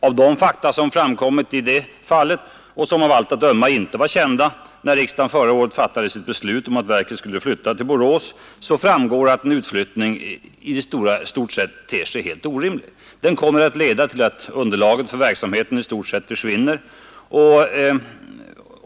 Av de fakta som framkommit i det fallet och som av allt att döma inte var kända när riksdagen förra året fattade sitt beslut att verket skulle flytta till Borås framgår att en utflyttning i stort sett ter sig helt orimlig. Den kommer att leda till att underlaget för verksamheten i stort sett försvinner.